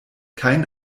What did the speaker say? kein